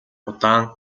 удаан